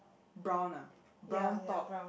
brown ah brown top